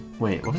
wait